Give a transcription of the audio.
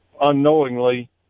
unknowingly